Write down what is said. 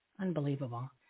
Unbelievable